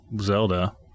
Zelda